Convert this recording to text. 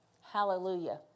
Hallelujah